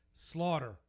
Slaughter